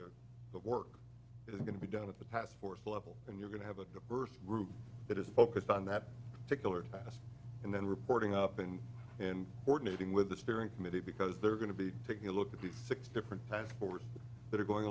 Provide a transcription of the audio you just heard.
but that work is going to be done at the task force level and you're going to have a birth group that is focused on that particular task and then reporting up and and organizing with the steering committee because they're going to be taking a look at the six different path forward that are going